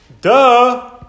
Duh